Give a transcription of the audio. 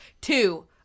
two